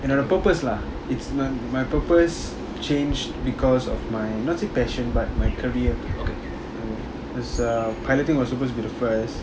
you know the purpose lah it's my my purpose changed because of my not say passion but my career I cause I piloting was supposed to be the first